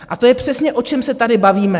A to je přesně, o čem se tady bavíme.